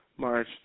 March